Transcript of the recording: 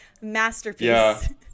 Masterpiece